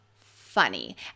funny